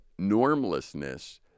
normlessness